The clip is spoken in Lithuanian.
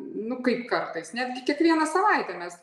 nu kaip kartais netgi kiekvieną savaitę mes